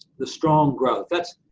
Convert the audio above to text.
the strong growth. that's,